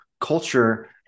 culture